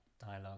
dialogue